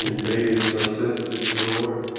and maybe in some sense they still were.